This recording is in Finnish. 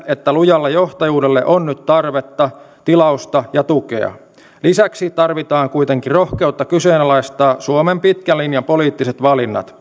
että lujalle johtajuudelle on nyt tarvetta tilausta ja tukea lisäksi tarvitaan kuitenkin rohkeutta kyseenalaistaa suomen pitkän linjan poliittiset valinnat